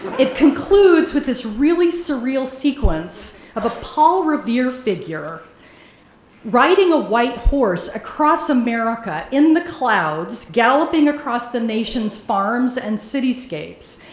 it concludes with this really surreal sequence of a paul revere figure riding a white horse across america in the clouds, galloping across the nation's farms and cityscapes,